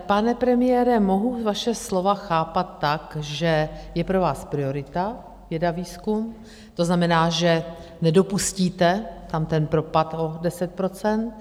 Pane premiére, mohu vaše slova chápat tak, že je pro vás priorita věda, výzkum, to znamená, že nedopustíte tam propad o 10 %?